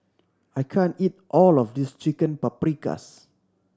I can't eat all of this Chicken Paprikas